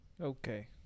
okay